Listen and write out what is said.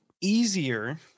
easier